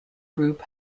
group